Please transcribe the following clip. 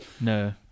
no